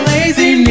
Lazy